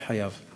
חייו.